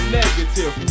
negative